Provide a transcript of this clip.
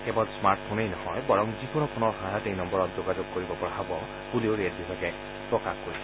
কেৱল স্মাৰ্ট ফোনেই নহয় যিকোনো ফোনৰ সহায়ত এই নম্বৰত যোগাযোগ কৰিব পৰা হব বুলিও ৰে'ল বিভাগে প্ৰকাশ কৰিছে